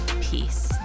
peace